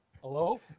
Hello